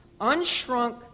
unshrunk